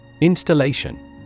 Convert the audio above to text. Installation